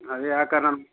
ಅದು ಯಾಕೆ ನಮ್ಮ